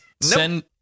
send